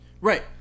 Right